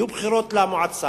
יהיו בחירות למועצה,